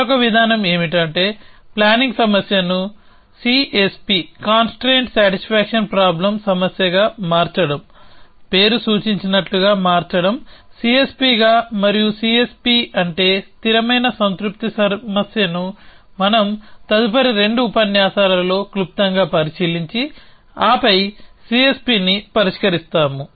మరొక విధానం ఏమిటంటే ప్లానింగ్ సమస్యను CSP సమస్యగా మార్చడం పేరు సూచించినట్లుగా మార్చడం CSPగా మరియు CSP అంటే స్థిరమైన సంతృప్తి సమస్యను మనం తదుపరి రెండు ఉపన్యాసాలలో క్లుప్తంగా పరిశీలించి ఆపై CSPని పరిష్కరిస్తాము